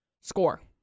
Score